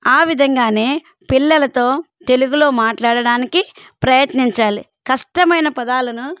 ఆ విధంగానే పిల్లలతో తెలుగులో మాట్లాడడానికి ప్రయత్నించాలి కష్టమైన పదాలను